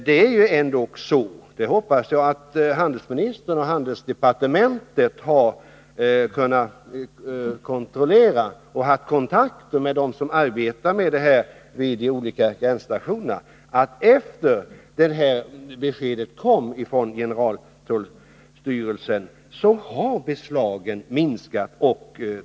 Det är ju ändock så — det hoppas jag att handelsministern och handelsdepartementet har kunnat kontrollera genom kontakter med dem som arbetar med detta vid de olika gränsstationerna — att efter det att besked kom från generaltullstyrelsen, så har antalet beslag minskat.